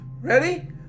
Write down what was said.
Ready